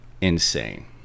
Insane